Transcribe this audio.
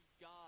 God